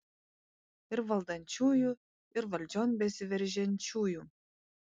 ir valdančiųjų ir valdžion besiveržiančiųjų